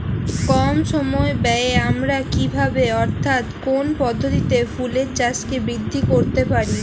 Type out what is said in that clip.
কম সময় ব্যায়ে আমরা কি ভাবে অর্থাৎ কোন পদ্ধতিতে ফুলের চাষকে বৃদ্ধি করতে পারি?